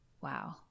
wow